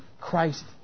Christ